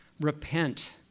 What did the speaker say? repent